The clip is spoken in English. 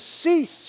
cease